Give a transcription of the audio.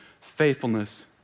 faithfulness